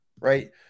Right